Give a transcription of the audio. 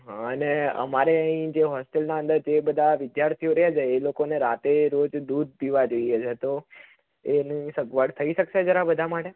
અને અમારે અહીં જે હોસ્ટેલ જે બધા વિદ્યાર્થીઓ રહે છે એ લોકોને રાતે રોજ દૂધ પીવા જોઈએ છે તો એની સગવડ થઈ શકશે જરા બધા માટે